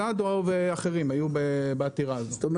סעדו ואחרים היו בעתירה הזאת.